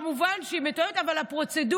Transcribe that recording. שכמובן היא מתועבת, אבל גם את הפרוצדורה.